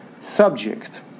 subject